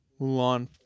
Mulan